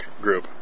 group